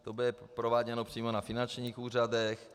To bude prováděno přímo na finančních úřadech.